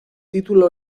título